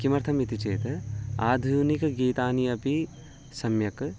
किमर्थम् इति चेत् आधुनिक गीतानि अपि सम्यक्